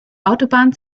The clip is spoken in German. autobahn